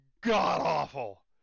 god-awful